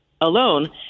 alone